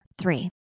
three